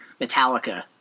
Metallica